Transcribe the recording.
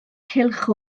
cylch